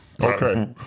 Okay